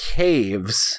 caves